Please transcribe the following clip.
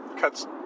cuts